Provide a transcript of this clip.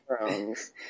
Thrones